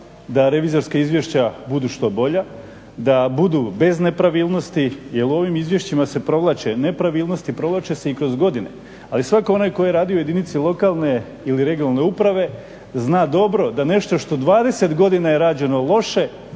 da revizorska izvješća budu što bolja, da budu bez nepravilnosti jel u ovim izvješćima se provlače nepravilnosti, provlače se i kroz godine. ali svatko onaj tko je radio u jedinici lokalne ili regionalne uprave zna dobro da nešto što je 20 godina rađeno loše